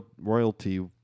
royalty